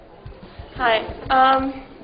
Hi